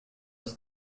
das